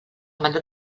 mandat